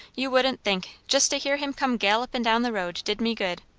you wouldn't think just to hear him come gallopin' down the road did me good.